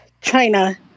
China